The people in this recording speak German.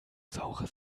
saure